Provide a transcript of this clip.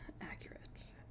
Accurate